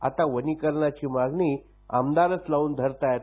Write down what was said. आता वनीकरणाची मागणी आमदारच लावून धरताहेत